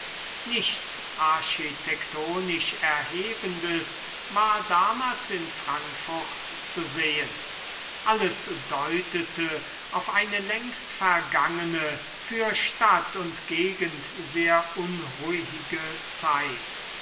nichts architektonisch erhebendes war damals in frankfurt zu sehen alles deutete auf eine längst vergangne für stadt und gegend sehr unruhige zeit